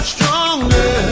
Stronger